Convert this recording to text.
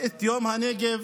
את יום הנגב